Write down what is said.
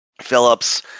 Phillips